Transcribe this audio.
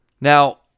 Now